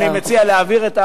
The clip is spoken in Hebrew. אני מציע להעביר את,